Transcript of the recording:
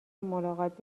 ملاقات